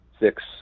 six